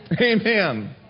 Amen